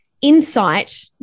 insight